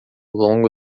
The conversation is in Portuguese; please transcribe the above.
longo